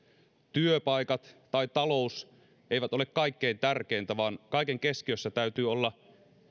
työpaikat tai talous eivät ole kaikkein tärkeintä vaan kaiken keskiössä täytyy olla